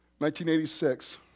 1986